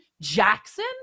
Jackson